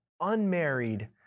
unmarried